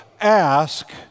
Ask